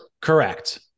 Correct